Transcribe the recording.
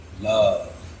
love